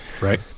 Right